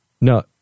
No